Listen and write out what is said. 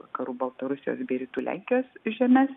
vakarų baltarusijos bei rytų lenkijos žemes